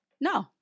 No